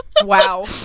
wow